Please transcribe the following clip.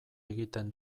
egiten